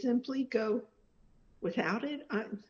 simply go without it i'm